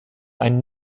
ein